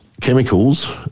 chemicals